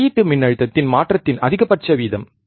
வெளியீட்டு மின்னழுத்தத்தின் மாற்றத்தின் அதிகபட்ச வீதம்